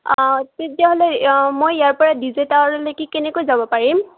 অঁ তেতিয়াহ'লে মই ইয়াৰ পৰা ডি জে টাৱাৰলৈ কি কেনেকৈ যাব পাৰিম